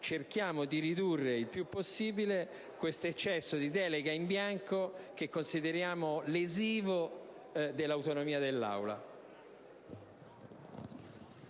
Cerchiamo di ridurre il più possibile questo eccesso di delega in bianco, che consideriamo lesivo dell'autonomia delle